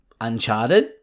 Uncharted